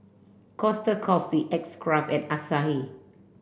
Costa Coffee X Craft and Asahi